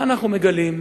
מה אנחנו מגלים,